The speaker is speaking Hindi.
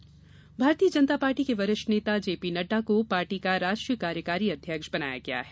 नड्डा कार्यकारी अध्यक्ष भारतीय जनता पार्टी के वरिष्ठ नेता जेपी नड्डा को पार्टी का राष्ट्रीय कार्यकारी अध्यक्ष बनाया गया है